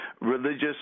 religious